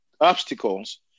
obstacles